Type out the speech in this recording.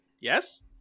yes